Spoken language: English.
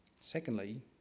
Secondly